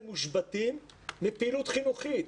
מושבתים ומנועים מסיוע לפעילות החינוכית.